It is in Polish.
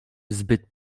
zbyt